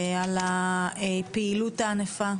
על הפעילות העניפה,